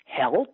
help